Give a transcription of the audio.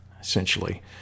essentially